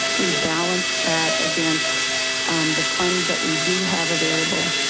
we balanced that against the funds that we do have available.